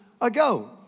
ago